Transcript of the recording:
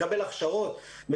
מקבל הכשרות,